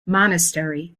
monastery